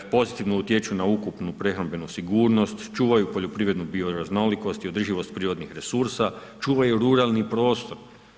Pozitivno utječu na ukupnu prehrambenu sigurnost, čuvaju poljoprivrednu bioraznolikost i održivost prirodnih resursa, čuvaju ruralni prostor.